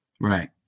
Right